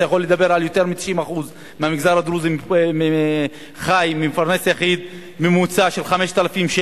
אתה יכול לדבר על יותר מ-90% מהמגזר הדרוזי שחיים ממפרנס יחיד,